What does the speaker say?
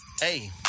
Hey